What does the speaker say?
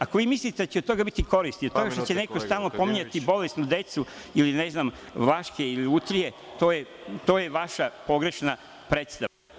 Ako vi mislite da će od toga biti koristi, od toga što će neko stalno pominjati bolesnu decu, Vlahe i lutrije, to je vaša pogrešna predstava.